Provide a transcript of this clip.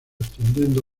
extendiendo